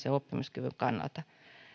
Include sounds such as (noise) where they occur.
(unintelligible) ja oppimiskyvyn kannalta